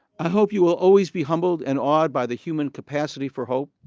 i hope you will always be humbled and awed by the human capacity for hope,